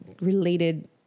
related